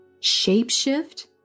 shapeshift